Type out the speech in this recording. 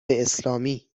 اسلامی